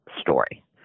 story